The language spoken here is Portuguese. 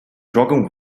jogam